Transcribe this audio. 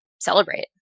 celebrate